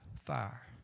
fire